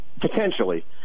potentially